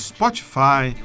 Spotify